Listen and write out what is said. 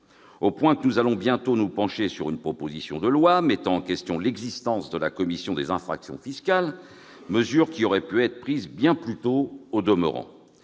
Au point que nous allons bientôt nous pencher sur une proposition de loi mettant en question l'existence de la commission des infractions fiscales, mesure qui, au demeurant, aurait pu être prise bien plus tôt ... Pour